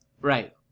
Right